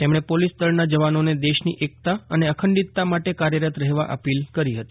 તેમણે પોલીસદળના જવાનોને દેશની એકતા અને અખંડિતતા માટે કાર્યરત રહેવા અપીલ કરી હતી